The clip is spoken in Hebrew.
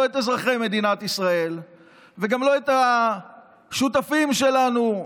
את אזרחי מדינת ישראל וגם לא את השותפים שלנו,